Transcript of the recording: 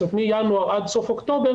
זאת אומרת מינואר עד סוף אוקטובר,